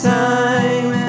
time